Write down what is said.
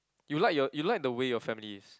you like your you like the way your family is